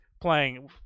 playing